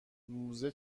موزه